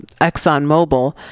ExxonMobil